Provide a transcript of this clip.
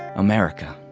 america,